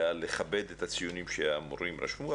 ועל לכבד את הציונים שהמורים רשמו.